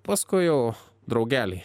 paskui jau draugeliai